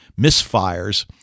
misfires